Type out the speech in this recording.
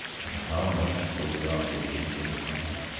and how much was the operation going to cost?